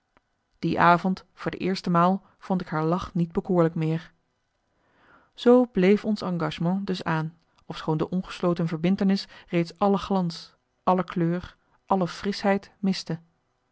die avond voor de eerste maal vond ik haar lach niet bekoorlijk meer zoo bleef ons engagement dus aan ofschoon de ongesloten verbintenis reeds alle glans alle kleur alle frischheid miste